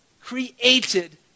created